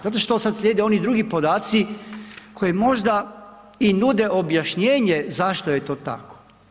Zato što slijede oni drugi podaci koji možda i nude objašnjenje zašto je to tako.